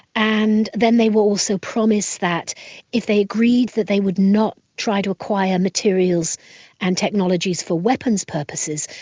and then they were also promised that if they agreed that they would not try to acquire materials and technologies for weapons purposes,